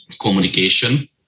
communication